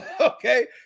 Okay